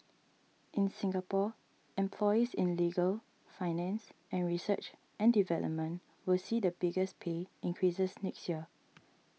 in Singapore employees in legal finance and research and development will see the biggest pay increases next year